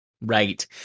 Right